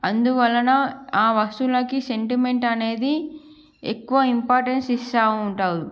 అందువలన ఆ వస్తువులకి సెంటిమెంట్ అనేది ఎక్కువ ఇంపార్టెన్స్ ఇస్తా ఉంటారు